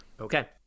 Okay